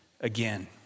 again